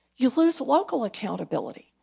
you lose the local accountability.